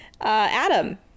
adam